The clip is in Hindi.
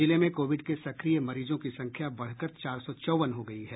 जिले में कोविड के सक्रिय मरीजों की संख्या बढ़कर चार सौ चौवन हो गयी है